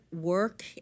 work